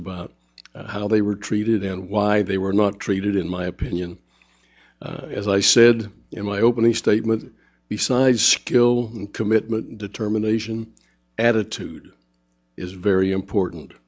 about how they were treated and why they were not treated in my opinion as i said in my opening statement besides skill and commitment determination attitude is very important